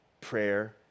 prayer